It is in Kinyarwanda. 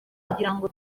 kugirango